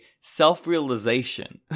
self-realization